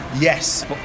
Yes